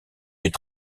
des